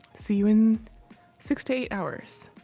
see you in six to eight hours,